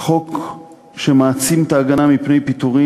החוק שמעצים את ההגנה מפני פיטורים